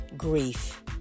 Grief